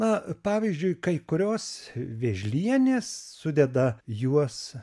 na pavyzdžiui kai kurios vėžlienės sudeda juos